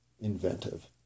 inventive